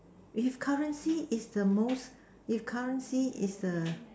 if currency is the most if currency is the